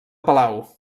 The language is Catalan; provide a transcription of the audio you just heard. palau